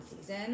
season